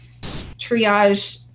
triage